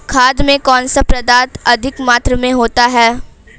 खाद में कौन सा पदार्थ अधिक मात्रा में होता है?